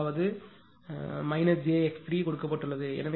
அதனால் அதாவது jx3 கொடுக்கப்பட்டுள்ளது